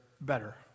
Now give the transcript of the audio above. better